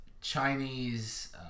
Chinese